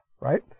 right